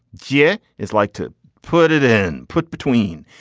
jay is like to put it in, put between.